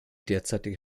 derzeitige